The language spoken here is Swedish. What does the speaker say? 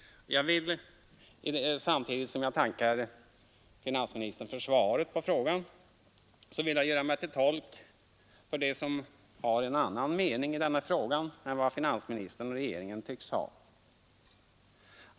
Jag vill samtidigt som jag tackar finansministern för svaret på min enkla fråga göra mig till talesman för dem som har en annan mening i detta avseende än vad finansministern och regeringen tycks ha.